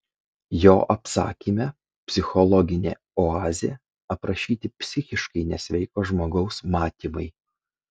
jo apsakyme psichologinė oazė aprašyti psichiškai nesveiko žmogaus matymai